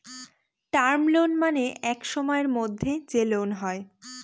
term loan মানে এক সময়ের মধ্যে যে লোন হয়